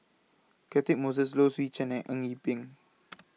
Catchick Moses Low Swee Chen and Eng Yee Peng